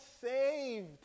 saved